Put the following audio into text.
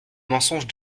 mensonge